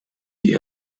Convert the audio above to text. die